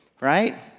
right